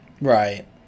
Right